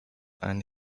and